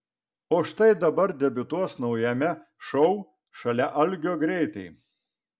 o štai dabar debiutuos naujajame šou šalia algio greitai